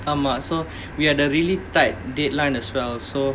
ah mah so we had a really tight deadline as well so